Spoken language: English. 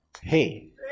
Hey